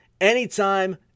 anytime